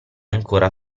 ancora